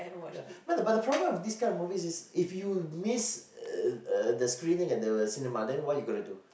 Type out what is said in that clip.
ya but the but the problem with this kind of movies is if you miss uh uh the screening at the cinema then what you gonna do